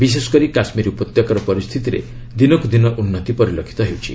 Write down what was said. ବିଶେଷକରି କାଶ୍ମୀର ଉପତ୍ୟକାର ପରିସ୍ଥିତିରେ ଦିନକୁଦିନ ଉନ୍ତି ପରିଲକ୍ଷିତ ହେଉଛି